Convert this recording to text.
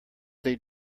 they